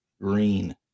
green